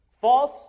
False